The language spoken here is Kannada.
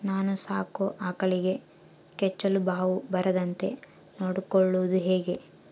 ನಾನು ಸಾಕೋ ಆಕಳಿಗೆ ಕೆಚ್ಚಲುಬಾವು ಬರದಂತೆ ನೊಡ್ಕೊಳೋದು ಹೇಗೆ?